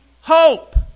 hope